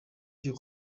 byo